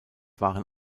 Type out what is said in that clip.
waren